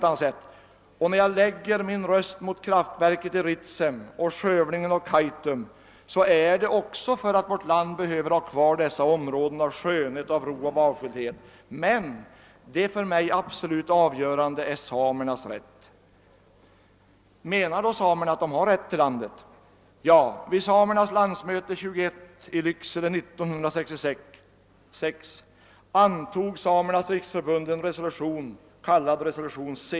När jag lägger min röst mot kraftverket Ritsem och mot skövlingen av Kaitum sker det också därför att vårt land behöver ha kvar dessa områden av skönhet, ro och avskildhet. Men det för mig absolut avgörande är samernas rätt. Anser då samerna att de har rätt till landet? Ja, vid samernas landsmöte XXI i Lycksele 1966 antog Samernas riksförbund en resolution, kallad Resolution C.